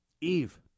Eve